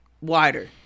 Wider